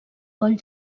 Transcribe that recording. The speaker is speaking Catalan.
coll